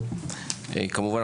כמובן,